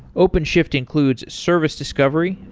openshift includes service discovery,